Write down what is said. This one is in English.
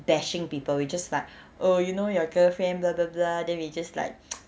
bashing people we just like oh you know your girlfriend blah blah blah then we just like